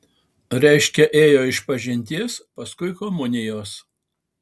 reiškia ėjo išpažinties paskui komunijos